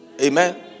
Amen